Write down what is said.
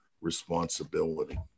responsibility